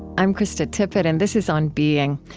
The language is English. i'm krista tippett, and this is on being.